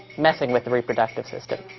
messing with the reproductive system.